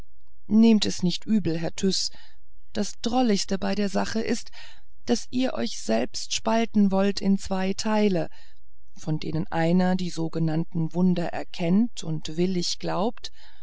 nehmt es nicht übel herr tyß das drolligste bei der sache ist daß ihr euch selbst spalten wollt in zwei teile von denen einer die sogenannten wunder erkennt und willig glaubt